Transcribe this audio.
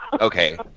okay